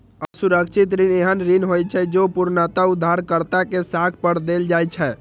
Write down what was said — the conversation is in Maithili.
असुरक्षित ऋण एहन ऋण होइ छै, जे पूर्णतः उधारकर्ता के साख पर देल जाइ छै